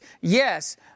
Yes